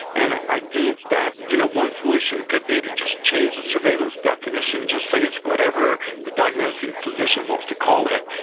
and i think that, you know, one solution could be to just change the surveillance definition, just say it's whatever the diagnosing physician wants to call it.